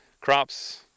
crops